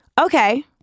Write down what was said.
Okay